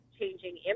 Changing